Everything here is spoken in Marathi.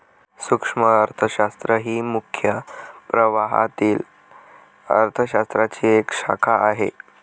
सूक्ष्म अर्थशास्त्र ही मुख्य प्रवाहातील अर्थ शास्त्राची एक शाखा आहे